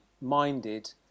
minded